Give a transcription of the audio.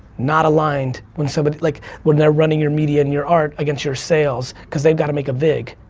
not aligned when somebody, like when they're running your media and your art against your sales cause they've gotta make a vig.